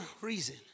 reason